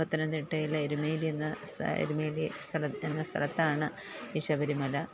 പത്തനംതിട്ടയിലെ എരുമേലിയെന്ന എരുമേലി എന്ന സ്ഥലത്താണ് ഈ ശബരിമല